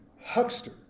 Huckster